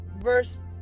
Verse